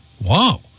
Wow